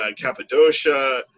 Cappadocia